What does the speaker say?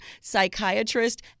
psychiatrist